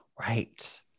Right